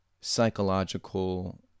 psychological